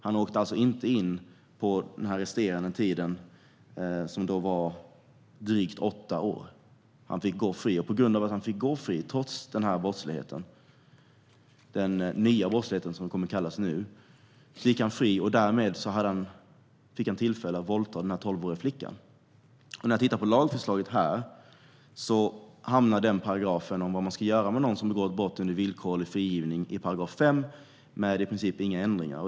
Han åkte alltså inte in för den resterande tiden, det vill säga drygt åtta år. Han fick gå fri. På grund av att han fick gå fri, trots den nya brottsligheten, som det kommer att kallas nu, fick han tillfälle att våldta den tolvåriga flickan. I lagförslaget hamnar vad som ska göras med någon som har begått brott under villkorlig frigivning under § 5 med i princip inga ändringar.